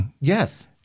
Yes